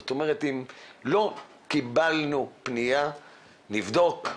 זאת אומרת אם לא קיבלנו פנייה נבדוק,